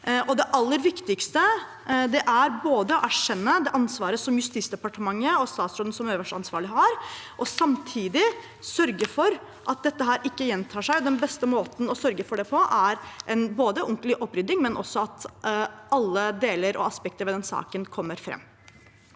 Det aller viktigste er å erkjenne det ansvaret som Justisdepartementet og statsråden som øverste ansvarlige har, og samtidig sørge for at dette ikke gjentar seg. Den beste måten å sørge for det på er både en ordentlig opprydding og at alle aspekter ved denne saken kommer fram.